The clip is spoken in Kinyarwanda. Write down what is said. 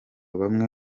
bamwe